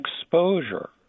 exposure